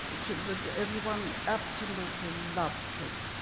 but everyone absolutely loved kick.